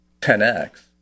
10x